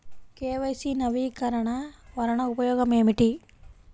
KYC నవీకరణ వలన ఉపయోగం ఏమిటీ?